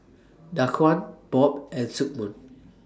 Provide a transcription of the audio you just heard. Daquan Bob and Sigmund